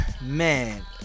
man